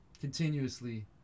continuously